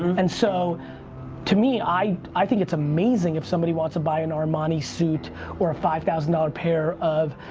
and so to me i i think it's amazing if somebody wants to buy an armani suit or a five thousand ah pair of,